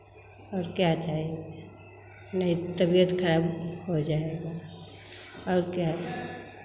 और क्या चाहिए नहीं तो तबियत खराब हो जाएगा और क्या